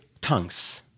tongues